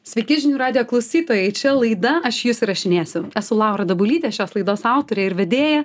sveiki žinių radijo klausytojai čia laida aš jus įrašinėsiu esu laura dabulytė šios laidos autorė ir vedėja